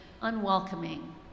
unwelcoming